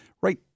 right